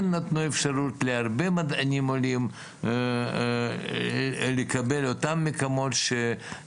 נתנו אפשרות להרבה מדענים עולים לקבל אותם למקומות.